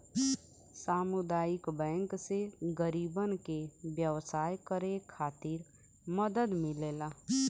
सामुदायिक बैंक से गरीबन के व्यवसाय करे खातिर मदद मिलेला